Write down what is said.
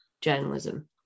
journalism